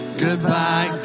goodbye